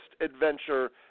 adventure